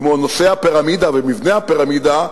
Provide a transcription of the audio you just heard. כמו נושא הפירמידה ומבנה הפירמידה,